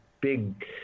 big